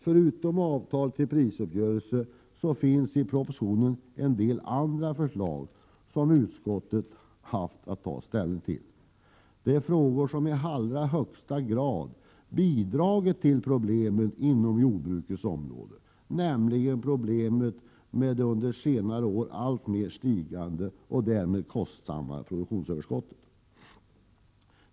Förutom avtal och prisuppgörelser finns i propositionen en del andra förslag som utskottet haft att ta ställning till. Det gäller frågor som i allra högsta grad bidragit till problemen inom jordbrukets område, nämligen problemen med under senare år alltmer stigande och därmed kostsamt produktionsöverskott.